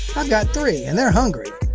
i've got three and they're hungry.